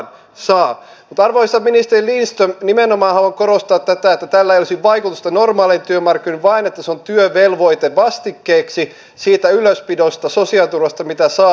mutta arvoisa ministeri lindström nimenomaan haluan korostaa tätä että tällä ei olisi vaikutusta normaaleihin työmarkkinoihin vaan että se on työvelvoite vastikkeeksi siitä ylöspidosta sosiaaliturvasta mitä saa